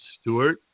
Stewart